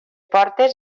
portes